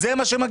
זה מה שמגיע.